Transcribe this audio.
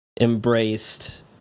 embraced